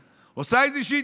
עד 2040 יהיה ככה,